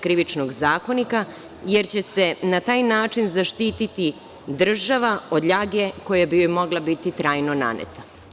Krivičnog zakonika, jer će se na taj način zaštiti država od ljage koja bi joj mogla biti trajno naneta.